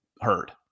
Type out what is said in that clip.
heard